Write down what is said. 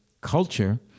culture